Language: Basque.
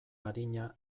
arina